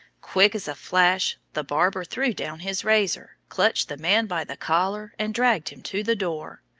quick as a flash the barber threw down his razor, clutched the man by the collar and dragged him to the door.